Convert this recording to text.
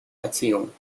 erziehung